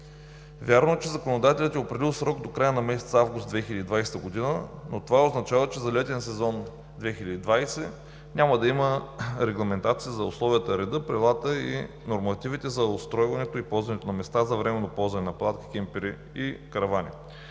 Вярно е, че законодателят е определил срок до края на месец август 2020 г., но това означава, че за летен сезон 2020 г. няма да има регламентация за условията, реда, правилата и нормативите за устройването и ползването на местата за временно ползване на палатки, кемпери и каравани,